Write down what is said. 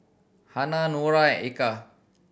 Hana Noah and Eka